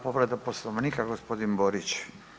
Povreda Poslovnika, gospodin Borić.